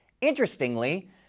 Interestingly